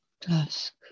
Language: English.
task